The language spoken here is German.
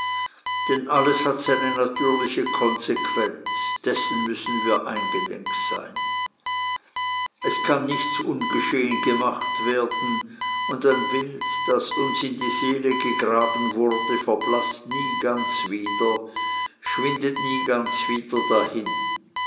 denn alles hat seine natürliche konsequenz dessen müssen wir eingedenk sein es kann nichts ungeschehen gemacht werden und ein bild das uns in die seele gegraben wurde verblaßt nie ganz wieder schwindet nie ganz wieder dahin